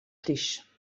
plij